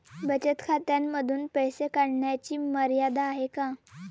बचत खात्यांमधून पैसे काढण्याची मर्यादा आहे का?